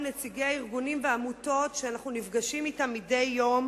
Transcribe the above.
נציגי הארגונים והעמותות שאנחנו נפגשים אתם מדי יום